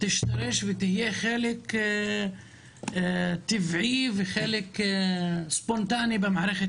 תשתרש ותהיה חלק טבעי וחלק ספונטני במערכת